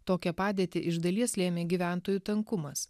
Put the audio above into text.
tokią padėtį iš dalies lėmė gyventojų tankumas